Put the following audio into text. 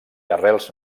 arrels